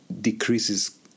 decreases